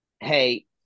hey